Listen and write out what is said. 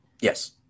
Yes